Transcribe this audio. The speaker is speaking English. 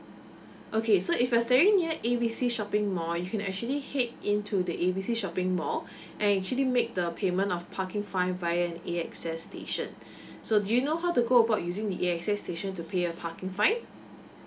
okay so if you're staying near A B C shopping mall you can actually head into the A B C shopping mall and actually make the payment of parking fine via an A_X_S station so do you know how to go about using the A_X_S station to pay a parking fine